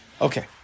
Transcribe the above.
Okay